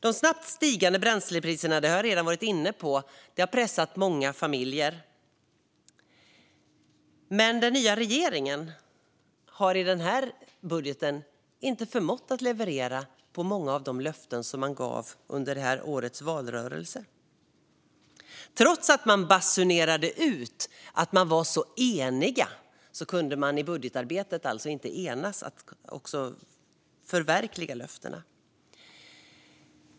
De snabbt stigande bränslepriserna pressar som sagt många familjer. Men regeringen har i sin budget inte förmått leverera i många av de löften man gav under valrörelsen. Trots att man basunerade ut att man var så enig har man i budgetarbetet inte kunnat enas för att förverkliga dessa löften.